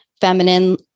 feminine